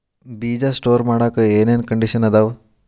ಬೇಜ ಸ್ಟೋರ್ ಮಾಡಾಕ್ ಏನೇನ್ ಕಂಡಿಷನ್ ಅದಾವ?